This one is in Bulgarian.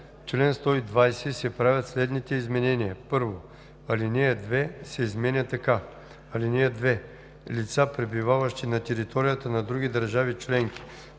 чл. 120 се правят следните изменения: 1. Алинея 2 се изменя така: „(2) Лица, пребиваващи на територията на други държави членки,